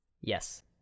Yes